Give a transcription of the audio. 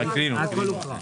הכול הוקרא.